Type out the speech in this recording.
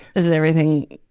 does everything,